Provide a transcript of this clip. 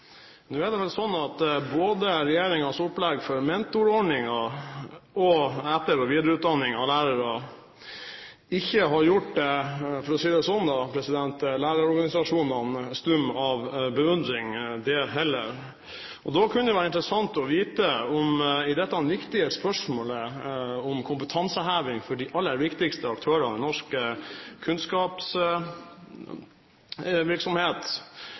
Nå er det vel sånn at både regjeringens opplegg for mentorordningen og etter- og videreutdanningen av lærere ikke – for å si det sånn – har gjort lærerorganisasjonene stumme av beundring heller. Da kunne det i dette viktige spørsmålet om kompetanseheving for de aller viktigste aktørene i norsk kunnskapsvirksomhet